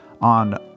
on